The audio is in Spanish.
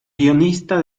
guionista